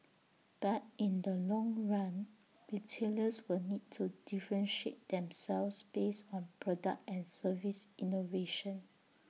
but in the long run retailers will need to differentiate themselves based on product and service innovation